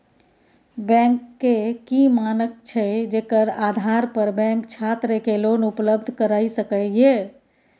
Bank के की मानक छै जेकर आधार पर बैंक छात्र के लोन उपलब्ध करय सके ये?